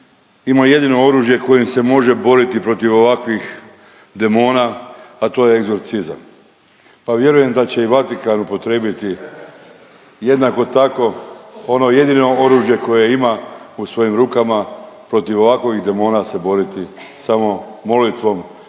ima jedino oružje kojim se može boriti protiv ovakvih demona, a to je egzorcizam. Pa vjerujem da će i Vatikan upotrijebiti jednako tako ono jedino oružje koje ima u svojim rukama protiv ovakovih demona se boriti samo molitvom